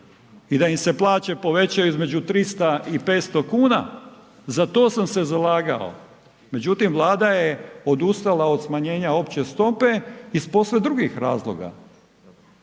i da im se plaće povećaju između 300 i 500 kuna, za to sam se zalagao. Međutim, Vlada je odustala od smanjenja opće stope iz posve drugih razloga